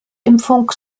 impfung